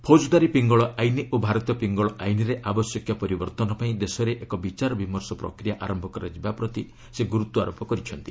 ଫୌଜଦାରୀ ପିଙ୍ଗଳ ଆଇନ୍ ଓ ଭାରତୀୟ ପିଙ୍ଗଳ ଆଇନ୍ରେ ଆବଶ୍ୟକୀୟ ପରିବର୍ତ୍ତନ ପାଇଁ ଦେଶରେ ଏକ ବିଚାରବିମର୍ଷ ପ୍ରକ୍ରିୟା ଆରମ୍ଭ କରାଯିବା ପ୍ରତି ସେ ଗୁରୁତ୍ୱାରୋପ କରିଛନ୍ତି